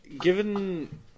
given